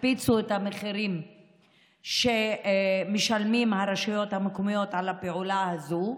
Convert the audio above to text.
הקפיצו את המחירים שמשלמות הרשויות המקומיות על הפעולה הזו.